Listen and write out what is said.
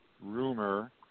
rumor